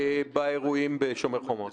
באירועים בשומר החומות?